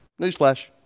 Newsflash